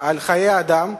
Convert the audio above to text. על חיי אדם,